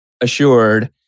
assured